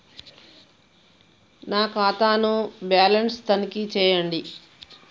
నా ఖాతా ను బ్యాలన్స్ తనిఖీ చేయండి?